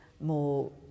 more